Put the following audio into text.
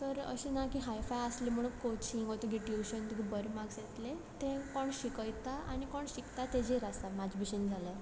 तर अशें ना की हाय फाय आसलें म्हणून कोचिंग ओर तुगे ट्युशन तुगे बोर मार्क्स येतले तें कोण शिकयता आनी कोण शिकता तेचेर आसा म्हाजे भशेन जाल्यार